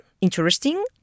interesting